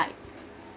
like